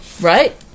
Right